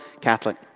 Catholic